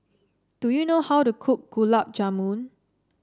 do you know how to cook Gulab Jamun